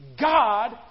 God